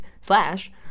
slash